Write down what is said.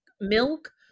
milk